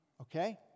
Okay